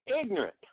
ignorant